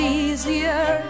easier